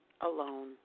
alone